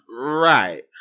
right